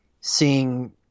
seeing –